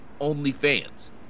OnlyFans